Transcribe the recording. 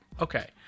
Okay